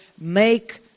make